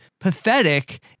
pathetic